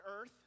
earth